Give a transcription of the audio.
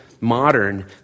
modern